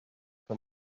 für